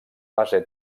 base